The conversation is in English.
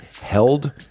held